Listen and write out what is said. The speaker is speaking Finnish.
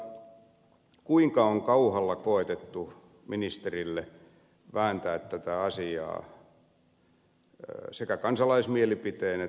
vaikka kuinka on kauhalla koetettu ministerille vääntää tätä asiaa ed